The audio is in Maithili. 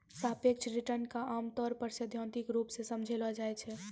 सापेक्ष रिटर्न क आमतौर पर सैद्धांतिक रूप सें समझलो जाय छै